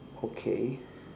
okay